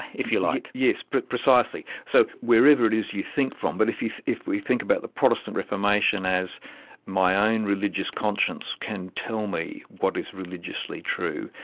if you like. yes, but precisely. so wherever it is you think from, but if if we think about the protestant reformation as my own religious conscience can tell me what is religiously true,